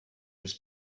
was